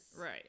right